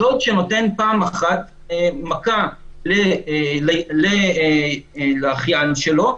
שנותן פעם אחת מכה לאחיין שלו,